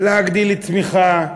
להגדיל את התמיכה,